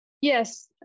Yes